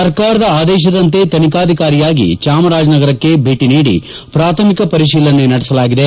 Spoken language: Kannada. ಸರ್ಕಾರದ ಆದೇಶದಂತೆ ತನಿಖಾಧಿಕಾರಿಯಾಗಿ ಚಾಮರಾಜನಗರಕ್ಕೆ ಭೇಟಿ ನೀಡಿ ಪ್ರಾಥಮಿಕ ಪರಿಶೀಲನೆ ನಡೆಸಲಾಗಿದೆ